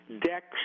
Dex